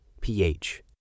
pH